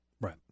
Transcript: Right